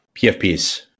PFPs